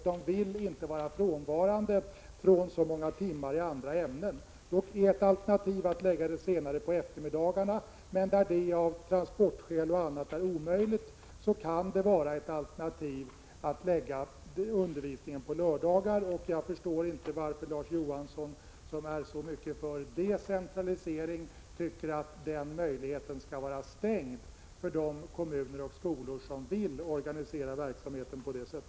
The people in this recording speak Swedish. De vill inte vara frånvarande från så många timmar i andra ämnen. Ett alternativ är att lägga hemspråksundervisningen senare på eftermiddagarna, men där det av transportskäl och annat är omöjligt kan det vara lämpligt att lägga undervisningen på lördagar. Jag förstår inte varför Larz Johansson, som är så mycket för decentralisering, tycker att den möjligheten skall vara stängd för de kommuner och skolor som vill organisera verksamheten på det sättet.